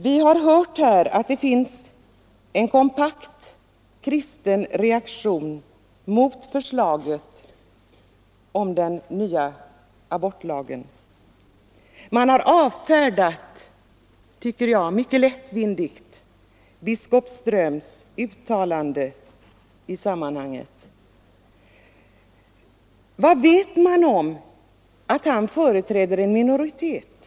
Vi har hört att det finns en kompakt kristen reaktion mot förslaget till ny abortlag, men jag tycker att man då mycket lättvindigt har avfärdat biskop Ströms uttalande i sammanhanget. Hur vet man att han företräder en minoritet?